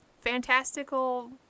fantastical